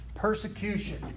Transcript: Persecution